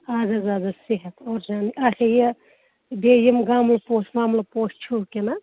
اَدٕ حظ اَدٕ حظ صحت اوٚر جان اچھا یہِ بیٚیہِ یِم گَملہٕ پوش وَملہٕ پوش چھُو کیٚنٛہہ